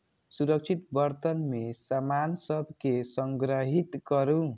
सुरक्षित बर्तन मे सामान सभ कें संग्रहीत करू